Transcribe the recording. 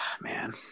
man